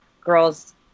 girls